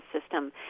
system